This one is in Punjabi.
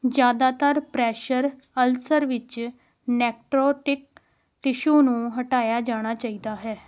ਜ਼ਿਆਦਾਤਰ ਪ੍ਰੈਸ਼ਰ ਅਲਸਰ ਵਿੱਚ ਨੈਕਰੋਟਿਕ ਟਿਸ਼ੂ ਨੂੰ ਹਟਾਇਆ ਜਾਣਾ ਚਾਹੀਦਾ ਹੈ